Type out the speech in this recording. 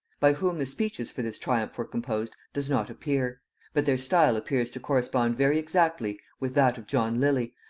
by whom the speeches for this triumph were composed does not appear but their style appears to correspond very exactly with that of john lilly,